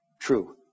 true